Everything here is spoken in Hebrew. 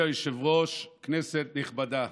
אדוני היושב-ראש, כנסת נכבדה,